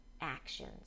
actions